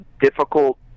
difficult